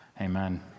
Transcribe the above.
Amen